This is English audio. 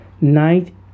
night